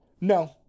No